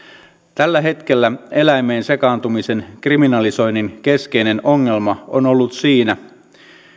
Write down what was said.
tällä hetkellä eläimeen sekaantumisen kriminalisoinnin keskeinen ongelma on ollut siinä